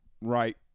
Right